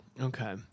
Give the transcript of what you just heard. Okay